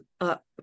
up